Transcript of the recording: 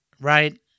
right